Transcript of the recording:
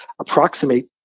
approximate